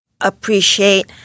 appreciate